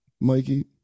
Mikey